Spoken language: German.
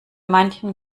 manchen